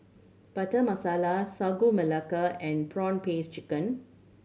Butter Masala Sagu Melaka and prawn paste chicken